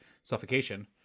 suffocation